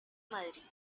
madrid